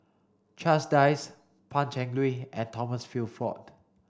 Charles Dyce Pan Cheng Lui and Thomas Shelford